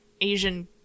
Asian